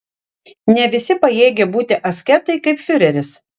ne visi pajėgia būti asketai kaip fiureris